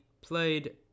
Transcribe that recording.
played